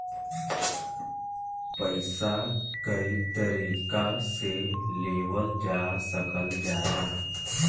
पइसा कई तरीका से लेवल जा सकल जाला